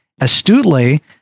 astutely